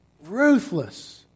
Ruthless